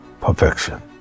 perfection